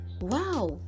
Wow